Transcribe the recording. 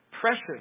Precious